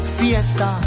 fiesta